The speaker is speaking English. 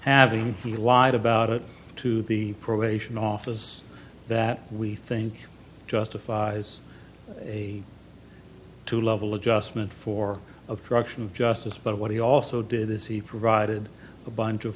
having he lied about it to the probation office that we think justifies a two level adjustment for a structure of justice but what he also did is he provided a bunch of